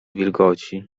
wilgoci